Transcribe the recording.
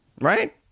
Right